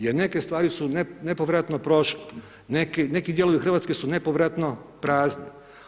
Jer neke stvari su nepovratno, ... neki dijelovi Hrvatske su nepovratno prazni.